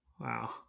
Wow